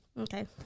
okay